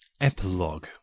EPILOGUE